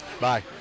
bye